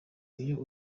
iyo